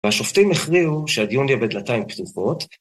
והשופטים הכריעו שהדיון יהיה בדלתיים פתוחות.